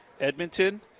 Edmonton